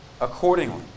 accordingly